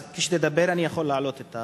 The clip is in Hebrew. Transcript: אז כשתדבר אני יכול להעלות את השאלה.